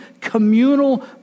communal